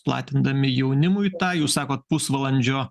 platindami jaunimui tą jūs sakot pusvalandžio